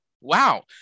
Wow